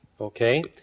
Okay